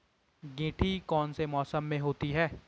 गेंठी कौन से मौसम में होती है?